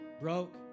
broke